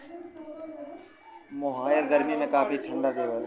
मोहायर गरमी में काफी ठंडा देवला